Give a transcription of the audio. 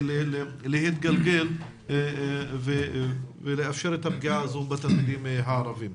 להתגלגל ולאפשר את הפגיעה הזו בתלמידים הערבים.